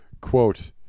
Quote